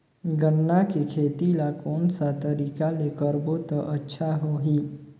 गन्ना के खेती ला कोन सा तरीका ले करबो त अच्छा होही?